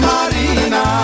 Marina